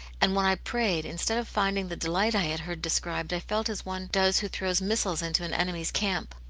and when i prayed, instead of finding the delight i had heard described, i felt as one does who throws missiles into an enemy's camp.